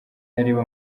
areba